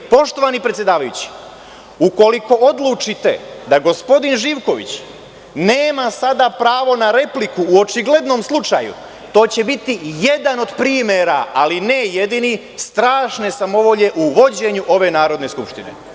Poštovani predsedavajući, ukoliko odlučite da gospodin Živković nema sada pravo na repliku u očiglednom slučaju, to će biti jedan od primera, ali ne jedini, strašne samovolje u vođenju ove Narodne skupštine.